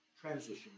transition